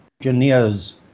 engineers